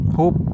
Hope